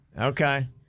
Okay